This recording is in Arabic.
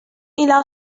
إلى